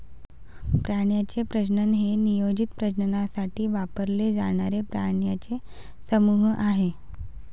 प्राण्यांचे प्रजनन हे नियोजित प्रजननासाठी वापरले जाणारे प्राण्यांचे समूह आहे